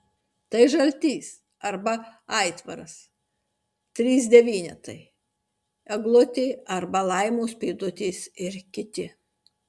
tai žaltys arba aitvaras trys devynetai eglutė arba laimos pėdutės ir kiti